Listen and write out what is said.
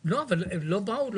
באו?